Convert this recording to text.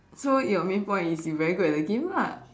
so your main point is you very good at the game lah